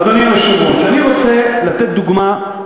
אדוני היושב-ראש, אני רוצה לתת דוגמה,